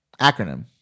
Acronym